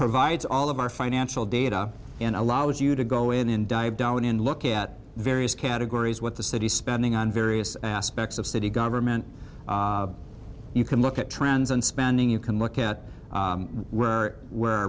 provides all of our financial data and allows you to go in and diet down and look at various categories what the city spending on various aspects of city government you can look at trends in spending you can look at where where